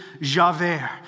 Javert